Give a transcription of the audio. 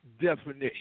definition